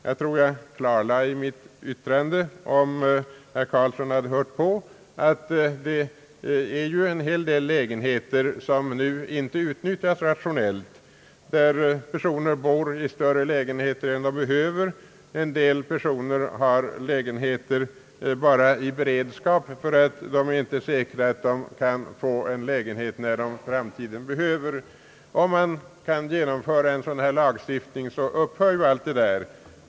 Jag klargjorde i mitt yttrande — om herr Göran Karlsson nu hade hört på att det finns en hel del lägenheter som nu inte utnyttjas rationellt. En del personer bor i större lägenheter än de behöver, och en del personer har lägenheter bara i beredskap, därför att de inte är säkra på att de kan få en lägenhet när de i framtiden behöver en. Kan man genomföra en sådan här lagstiftning, upphör allt detta.